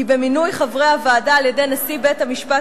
כי במינוי חברי הוועדה על-ידי נשיא בית המשפט